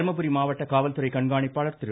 தருமபுரி மாவட்ட காவல்துறை கண்காணிப்பாளர் திரு